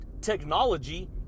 technology